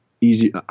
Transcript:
easy